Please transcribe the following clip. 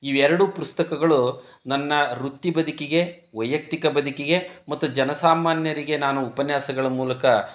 ಈ ಎರಡೂ ಪುಸ್ತಕಗಳು ನನ್ನ ವೃತ್ತಿ ಬದುಕಿಗೆ ವೈಯಕ್ತಿಕ ಬದುಕಿಗೆ ಮತ್ತು ಜನ ಸಾಮಾನ್ಯರಿಗೆ ನಾನು ಉಪನ್ಯಾಸಗಳ ಮೂಲಕ